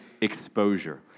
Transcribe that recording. exposure